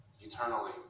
eternally